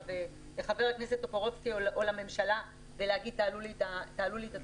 לחבר הכנסת טופורובסקי או לממשלה ולהגיד תעלו לי את התקציב.